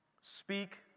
Speak